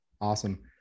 awesome